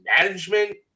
management